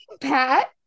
Pat